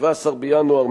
17 בינואר,